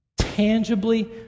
Tangibly